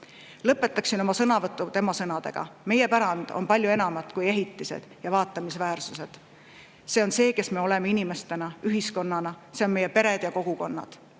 Lõpetaksin oma sõnavõtu tema sõnadega: meie pärand on palju enamat kui ehitised ja vaatamisväärsused, see on see, kes me oleme inimestena, ühiskonnana, need on meie pered ja kogukonnad.